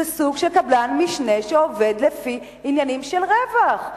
זה סוג של קבלן משנה שעובד לפי עניינים של רווח.